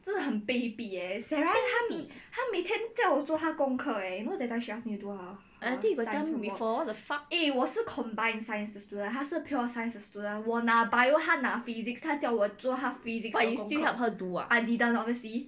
I think you got tell me before orh the fuck but you still help her do ah